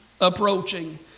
approaching